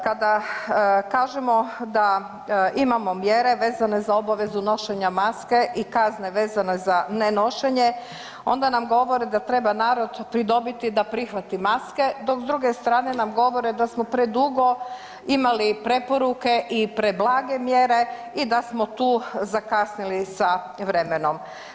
Kada kažemo da imamo mjere vezane za obavezu nošenja maske i kazne vezane za nenošenje onda nam govore da treba narod pridobiti da prihvati maske dok s druge strane nam govore da smo predugo imali preporuke i preblage mjere i da smo tu zakasnili sa vremenom.